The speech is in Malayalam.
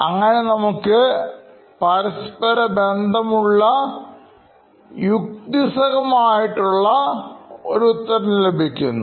അങ്ങനെ നമുക്ക് പരസ്പര ബന്ധമുള്ള യുക്തിസഹം ആയിട്ടുള്ള ഒരു ഉത്തരം ലഭിക്കുന്നു